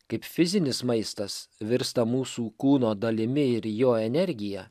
kaip fizinis maistas virsta mūsų kūno dalimi ir jo energija